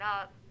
up